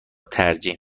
ترجیح